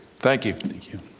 thank you. thank you,